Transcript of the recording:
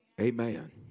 Amen